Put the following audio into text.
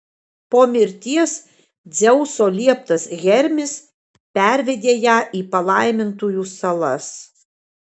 po mirties dzeuso lieptas hermis pervedė ją į palaimintųjų salas